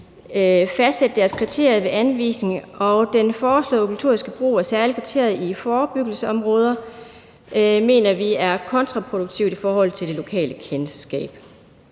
fastsætte deres kriterier ved anvisning, og den foreslåede obligatoriske brug af særlige kriterier i forebyggelsesområder mener vi er kontraproduktivt i forhold til det lokale kendskab.